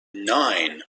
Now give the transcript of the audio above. nine